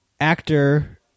actor –